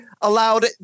allowed